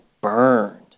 burned